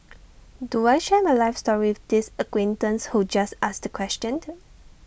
do I share my life story with this acquaintance who just asked the question